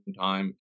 time